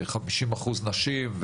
ו-50% נשים,